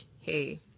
hey